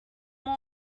more